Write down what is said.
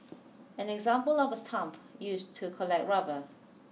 an example of a stump used to collect rubber